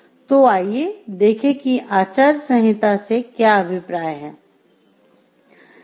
तो आइए देखें कि "आचार संहिता" से क्या अभिप्राय है